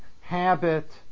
habit